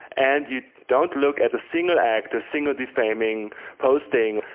and you don't look at a single act, a single defaming posting,